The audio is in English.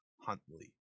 Huntley